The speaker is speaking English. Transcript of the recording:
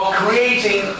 creating